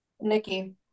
Nikki